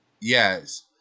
Yes